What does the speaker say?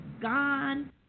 gone